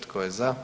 Tko je za?